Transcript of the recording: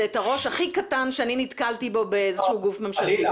זה את הראש הכי קטן שאני נתקלתי בו באיזשהו גוף ממשלתי.